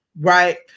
right